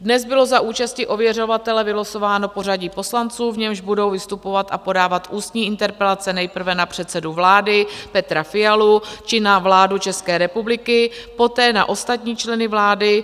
Dnes bylo za účasti ověřovatele vylosováno pořadí poslanců, v němž budou vystupovat a podávat ústní interpelace nejprve na předsedu vlády Petra Fialu či na vládu České republiky, poté na ostatní členy vlády.